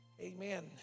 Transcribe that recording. Amen